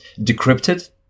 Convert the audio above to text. decrypted